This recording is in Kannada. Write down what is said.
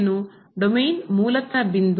ಡೊಮೇನ್ ಮೂಲತಃ ಬಿಂದು ಗಳ ಗುಂಪಾಗಿದೆ